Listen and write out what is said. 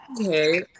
Okay